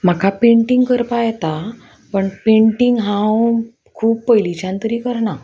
म्हाका पेंटींग करपा येता पण पेंटींग हांव खूब पयलींच्यान तरी करना